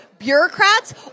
bureaucrats